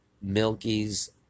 Milky's